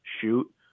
shoot